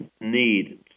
need